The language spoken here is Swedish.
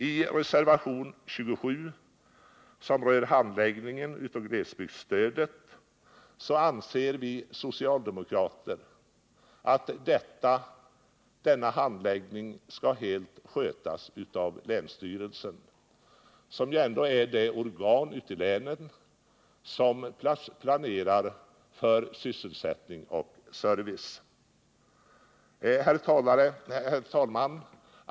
I reservationen 27, som rör handläggningen av glesbygdsstödet, anser vi socialdemokrater att denna handläggning skall helt skötas av länsstyrelsen, som ju är det organ i länen som planerar för sysselsättning och service. Herr talman!